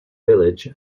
village